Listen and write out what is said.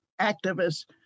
activists